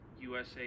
USA